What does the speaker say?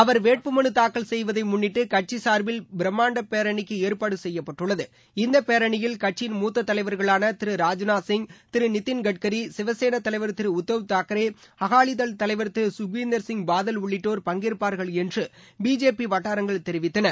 அவர் வேட்பு மனு தாக்கல் செய்வதை முன்னிட்டு கட்சி சார்பில் பிரமாண்ட பேரனிக்கு ஏற்பாடு செய்யப்பட்டுள்ளது இந்த பேரணியில் கட்சியின் மூத்த தலைவர்களான திரு ராஜ்நாத் சிங் திரு நிதின்கட்கரி சிவசோனா தலைவர் திரு உத்தவ் தாக்கரே அகாலிதள் தலைவர் திரு சுக்வீந்தர் சிங் பாதல் உள்ளிட்டோர் பங்கேற்பார்கள் என்று பிஜேபி வட்டாரங்கள் தெரிவித்தன